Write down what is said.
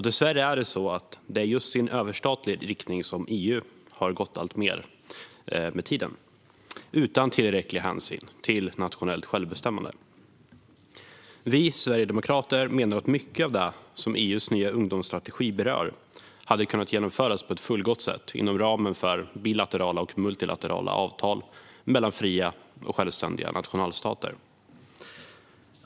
Dessvärre har EU över tid alltmer gått i en överstatlig riktning, utan tillräcklig hänsyn till nationellt självbestämmande. Sverigedemokraterna menar att mycket av det som EU:s nya ungdomsstrategi berör hade kunnat genomföras på ett fullgott sätt inom ramen för bilaterala och multilaterala avtal mellan fria och självständiga nationalstater.